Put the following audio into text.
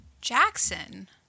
Jackson